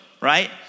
right